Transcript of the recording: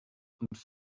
und